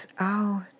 out